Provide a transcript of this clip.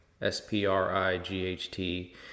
S-P-R-I-G-H-T